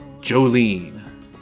Jolene